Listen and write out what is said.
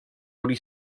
only